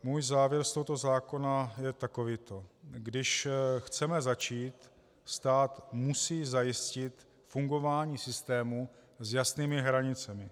Můj závěr z tohoto zákona je takovýto: Když chceme začít, stát musí zajistit fungování systému s jasnými hranicemi.